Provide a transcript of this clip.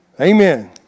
Amen